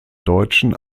deutschen